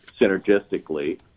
synergistically